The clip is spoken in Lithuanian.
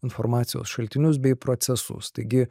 informacijos šaltinius bei procesus taigi